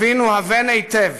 הבינו הבן היטב